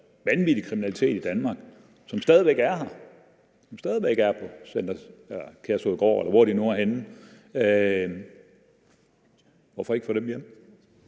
vanvittig kriminalitet i Danmark, og som stadig væk er her – som stadig væk er på Kærshovedgård, eller hvor de nu er henne. Hvorfor ikke få dem hjem?